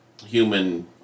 human